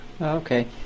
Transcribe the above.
Okay